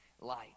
light